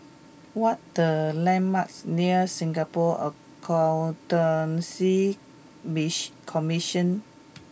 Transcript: what the landmarks near Singapore Accountancy mission Commission